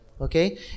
Okay